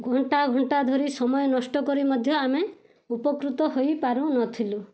ଘଣ୍ଟାଘଣ୍ଟା ଧରି ସମୟ ନଷ୍ଟକରି ମଧ୍ୟ ଆମେ ଉପକୃତ ହୋଇପାରୁନଥିଲୁ